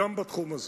גם בתחום הזה.